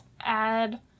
add